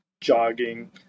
jogging